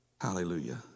Hallelujah